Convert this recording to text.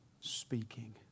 speaking